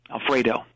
Alfredo